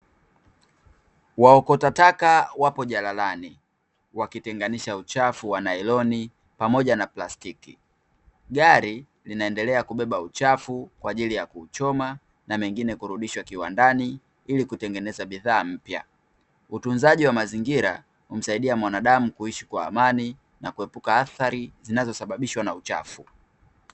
Waokota taka wapo jalalani wakitenganisha uchafu wa nailoni pamoja na plastiki. Gari linaendelea kubeba uchafu kwa ajili ya kuchoma na mengine kurudishwa kiwandani ili kutengeneza bidhaa mpya .Utunzaji wa mazingira umsaidie mwanadamu kuishi kwa amani na kuepuka athari zinazosababisha na uchafu.